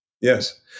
Yes